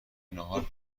ناهار